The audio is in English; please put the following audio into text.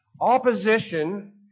opposition